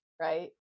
right